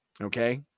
Okay